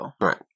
right